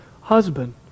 husband